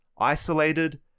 Isolated